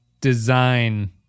design